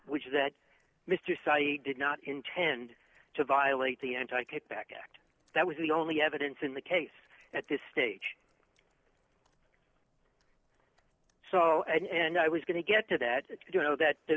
which is that mr sipe did not intend to violate the anti kickback act that was the only evidence in the case at this stage so and i was going to get to that you know that the